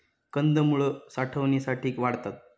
कंदमुळं साठवणीसाठी वाढतात